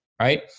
right